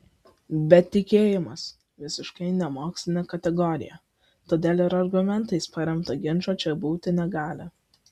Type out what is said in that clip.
bet tikėjimas visiškai nemokslinė kategorija todėl ir argumentais paremto ginčo čia būti negali